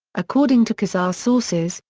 according to khazar sources,